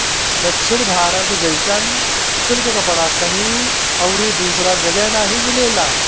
दक्षिण भारत जइसन सिल्क कपड़ा कहीं अउरी दूसरा जगही नाइ मिलेला